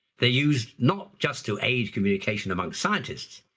they're used not just to aid communication among scientists,